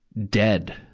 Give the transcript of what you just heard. dead.